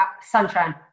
Sunshine